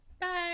Bye